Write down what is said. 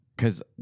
Cause